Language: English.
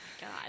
God